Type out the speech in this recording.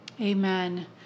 Amen